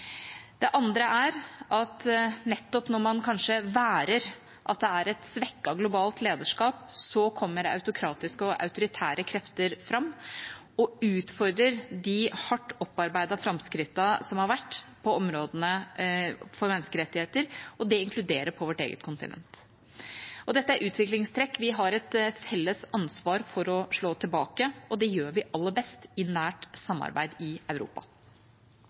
Det andre er at nettopp når man kanskje værer at det er et svekket globalt lederskap, kommer autokratiske og autoritære krefter fram og utfordrer de hardt opparbeidede framskrittene som har vært på området menneskerettigheter, og det inkludert på vårt eget kontinent. Dette er utviklingstrekk vi har et felles ansvar for å slå tilbake, og det gjør vi aller best i nært samarbeid i Europa.